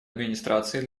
администрацией